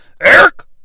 Eric